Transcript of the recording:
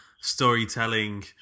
storytelling